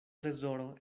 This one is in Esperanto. trezoro